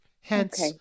Hence